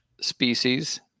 species